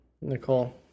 Nicole